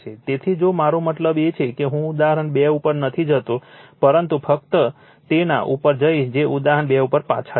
તેથી જો મારો મતલબ એ છે કે હું ઉદાહરણ 2 ઉપર નથી જતો પરંતુ ફક્ત તેના ઉપર જઈશ તે ઉદાહરણ 2 ઉપર પાછા જાઓ